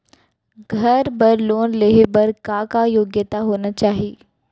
घर बर लोन लेहे बर का का योग्यता होना चाही?